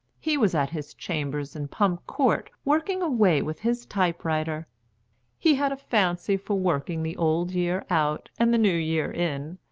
he was at his chambers in pump court working away with his type-writer he had a fancy for working the old year out and the new year in,